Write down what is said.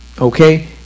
Okay